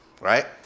Right